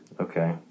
Okay